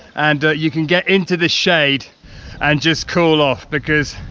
and you can get into the shade and just cool off, because